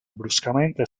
bruscamente